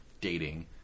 dating